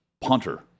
punter